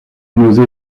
nausée